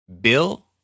Bill